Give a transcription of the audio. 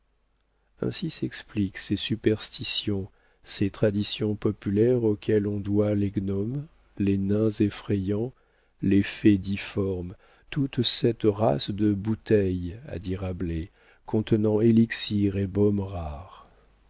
ainsi s'expliquent ces superstitions ces traditions populaires auxquelles on doit les gnomes les nains effrayants les fées difformes toute cette race de bouteilles a dit rabelais contenant élixirs et baumes rares